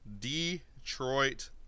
Detroit